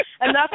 enough